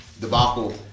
debacle